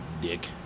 dick